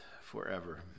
forever